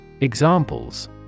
Examples